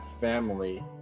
family